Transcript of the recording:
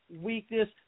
weakness